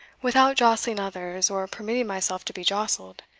without jostling others, or permitting myself to be jostled.